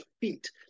feet